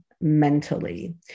mentally